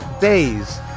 days